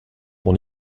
mon